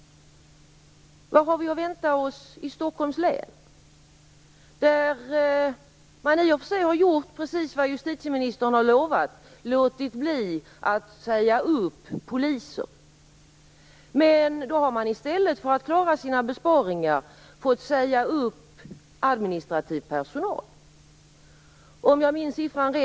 Vad har vi att vänta oss i Stockholms län? I och för sig har man där gjort precis vad justitieministern lovat, låtit bli att säga upp poliser. Men då har man i stället fått säga upp administrativ personal för att klara sina besparingar.